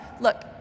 look